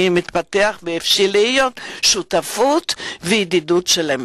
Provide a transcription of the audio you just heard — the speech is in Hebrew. התפתח והבשיל להיות שותפות וידידות של אמת.